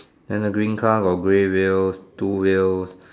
and the green cars got grey wheels two wheels